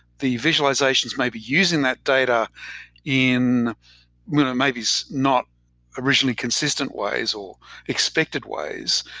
the visualizations may be using that data in maybe so not originally consistent ways, or expected ways,